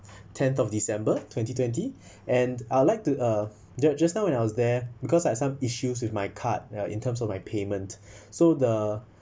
tenth of december twenty twenty and I would like to uh just just now when I was there because I have some issues with my card ya in terms of my payment so the